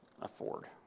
afford